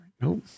Nope